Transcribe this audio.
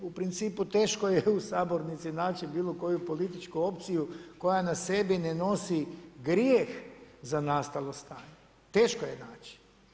U principu, teško je u sabornici naći bilo koju političku opciju koja na sebi ne nosi grijeh za nastalo stanje, teško je naći.